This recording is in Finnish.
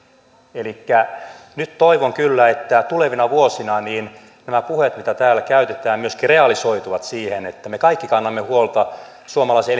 elikkä nyt toivon kyllä että tulevina vuosina nämä puheet mitä täällä käytetään myöskin realisoituvat siihen että me kaikki kannamme huolta suomalaisen